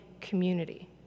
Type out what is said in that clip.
community